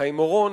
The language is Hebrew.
חיים אורון,